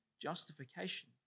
justification